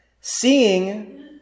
Seeing